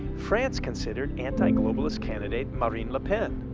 france considered anti-globalist candidate marine le pen,